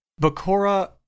Bakura